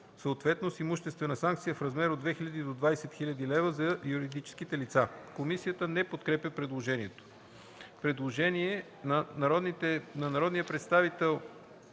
съответно с имуществена санкция в размер от 2000 до 20 000 лв. за юридическите лица.” Комисията не подкрепя предложението. Предложение на народния представител